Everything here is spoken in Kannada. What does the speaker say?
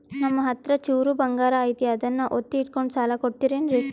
ನಮ್ಮಹತ್ರ ಚೂರು ಬಂಗಾರ ಐತಿ ಅದನ್ನ ಒತ್ತಿ ಇಟ್ಕೊಂಡು ಸಾಲ ಕೊಡ್ತಿರೇನ್ರಿ?